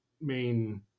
main